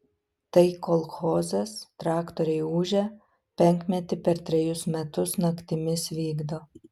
tai kolchozas traktoriai ūžia penkmetį per trejus metus naktimis vykdo